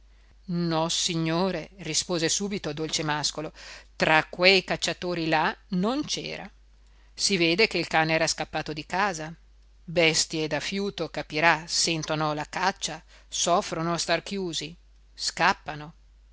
padrone nossignore rispose subito dolcemàscolo tra quei cacciatori là non c'era si vede che il cane era scappato di casa bestie da fiuto capirà sentono la caccia soffrono a star chiusi scappano